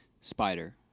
Spider